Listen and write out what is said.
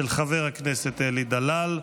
של חבר הכנסת אלי דלל.